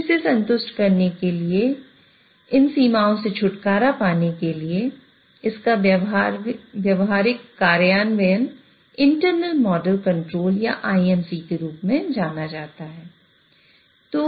तो इसे संतुष्ट करने के लिए इन सीमाओं से छुटकारा पाने के लिए इसका व्यावहारिक कार्यान्वयन इंटरनल मॉडल कंट्रोल या IMC के रूप में जाना जाता है